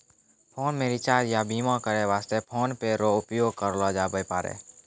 phone मे recharge या बीमा करै वास्ते फोन पे रो उपयोग करलो जाबै पारै